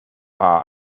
are